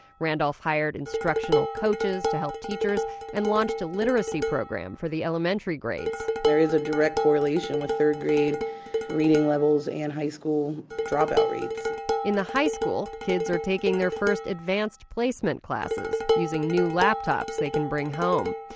randolph hired instructional coaches to help teachers and launched a literacy program for the elementary grades there is a direct correlation with third-grade reading levels and high school dropout rates, she says in the high school, kids are taking their first advanced placement classes, using new laptops they can bring home.